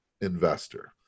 investor